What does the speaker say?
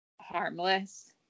harmless